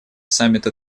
саммита